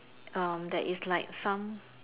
um there is like some